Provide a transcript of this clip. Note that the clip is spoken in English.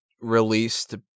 released